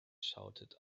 shouted